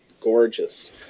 gorgeous